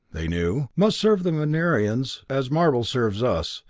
they knew, must serve the venerians as marble serves us,